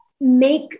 make